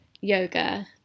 yoga